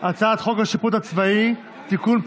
הצעת חוק השיפוט הצבאי (תיקון,